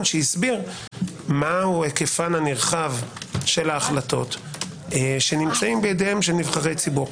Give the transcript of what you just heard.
שהסביר מה ההיקף הנרחב של ההחלטות שנמצאים בידי נבחרי ציבור.